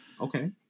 Okay